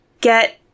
get